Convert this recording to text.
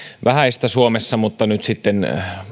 vähäistä suomessa mutta nyt sitten